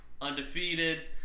Undefeated